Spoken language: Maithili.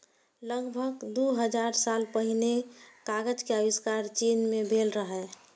लगभग दू हजार साल पहिने कागज के आविष्कार चीन मे भेल रहै